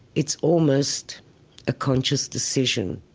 it's almost a conscious decision